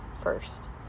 first